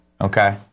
Okay